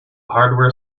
hardware